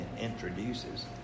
introduces